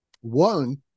One